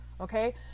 okay